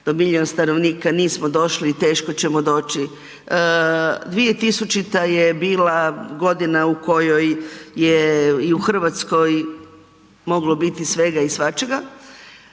do milijun stanovnika nismo došli i teško ćemo doći, 2000. je bila godina u kojoj je i u Hrvatskoj moglo biti svega i svačega,